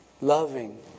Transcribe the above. loving